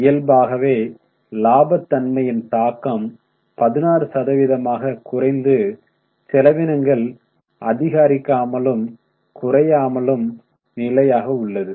இயல்பாகவே இலாப தன்மையின் தாக்கம் 16 சதவீதமாக குறைந்து செலவினங்கள் அதிகரிக்காமலும் குறையாமலும் நிலையாக உள்ளது